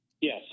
Yes